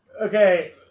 Okay